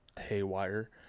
haywire